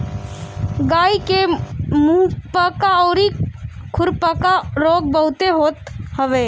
गाई के मुंहपका अउरी खुरपका रोग बहुते होते हवे